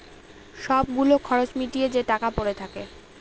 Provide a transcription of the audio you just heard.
সব গুলো খরচ মিটিয়ে যে টাকা পরে থাকে